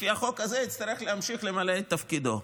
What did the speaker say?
לפי החוק הזה יצטרך להמשיך למלא את תפקידו.